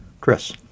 Chris